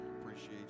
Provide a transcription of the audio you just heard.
appreciate